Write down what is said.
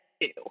two